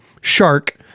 shark